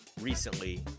recently